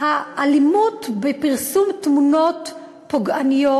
האלימות בפרסום תמונות פוגעניות,